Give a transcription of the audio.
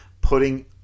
putting